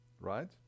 right